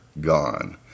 gone